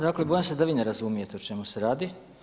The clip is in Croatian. Dakle, bojim se da vi ne razumijete o čemu se radi.